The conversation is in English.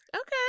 Okay